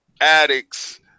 addicts